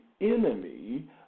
enemy